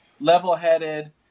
Level-headed